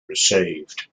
received